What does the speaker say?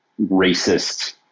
racist